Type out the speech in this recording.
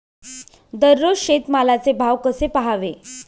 दररोज शेतमालाचे भाव कसे पहावे?